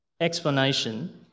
explanation